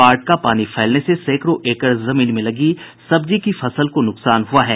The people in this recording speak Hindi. बाढ़ का पानी फैलने से सैंकड़ों एकड़ जमीन में लगी सब्जी की फसल को नुकसान हुआ है